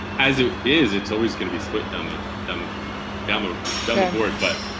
as it is, it's always going to be split um ah down the down ah the ah board but